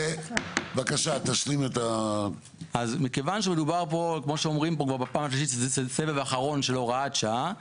מכיוון שמדובר כאן על כך שזה סבב אחרון של הוראת שעה,